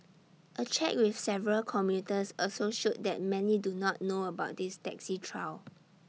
A check with several commuters also showed that many do not know about this taxi trial